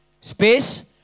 space